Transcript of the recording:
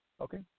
Okay